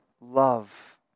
love